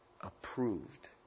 approved